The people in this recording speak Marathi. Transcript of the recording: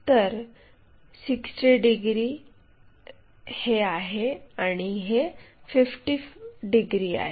तर हे 60 डिग्री आहे आणि हे 50 डिग्री आहे